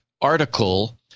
article